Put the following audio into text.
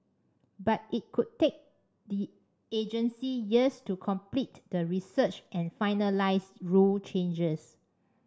but it could take the agency years to complete the research and finalise rule changes